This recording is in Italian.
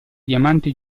diamante